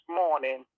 morning